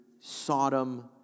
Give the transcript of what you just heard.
Sodom